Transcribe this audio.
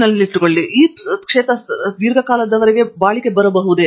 ಯಾವುದೇ ಖಾಲಿ ಸ್ಥಾನಗಳಿವೆಯೇ ಅಥವಾ ನೀವು ದೀರ್ಘಕಾಲದವರೆಗೆ ನಿಲ್ಲಬೇಕೇ